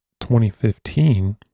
2015